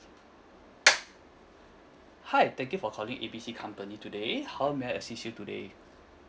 hi thank you for calling A B C company today how may I assist you today